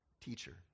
teacher